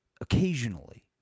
occasionally